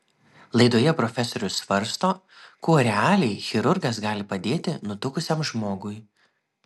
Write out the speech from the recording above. laidoje profesorius svarsto kuo realiai chirurgas gali padėti nutukusiam žmogui